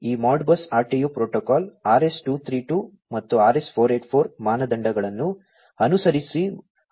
ಈ Modbus RTU protocol RS 232 ಮತ್ತು RS 484 ಮಾನದಂಡಗಳನ್ನು ಅನುಸರಿಸುವ ಸರಣಿ ಪ್ರೋಟೋಕಾಲ್ ಆಗಿದೆ